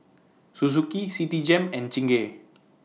Suzuki Citigem and Chingay